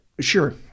Sure